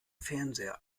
fernseher